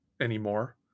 anymore